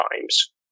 times